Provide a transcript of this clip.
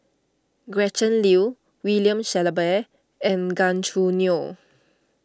Gretchen Liu William Shellabear and Gan Choo Neo